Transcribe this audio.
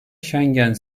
schengen